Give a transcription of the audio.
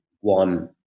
one